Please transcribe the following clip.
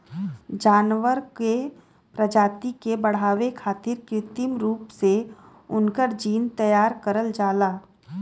जानवर के प्रजाति के बढ़ावे खारित कृत्रिम रूप से उनकर जीन तैयार करल जाला